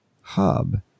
hub